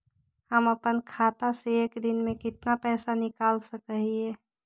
हम अपन खाता से एक दिन में कितना पैसा निकाल सक हिय?